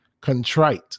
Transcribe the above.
contrite